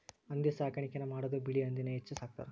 ಹಂದಿ ಸಾಕಾಣಿಕೆನ ಮಾಡುದು ಬಿಳಿ ಹಂದಿನ ಹೆಚ್ಚ ಸಾಕತಾರ